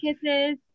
kisses